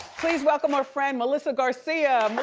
please welcome our friend, melissa garcia.